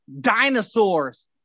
dinosaurs